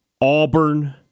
Auburn